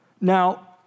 Now